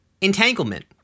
Entanglement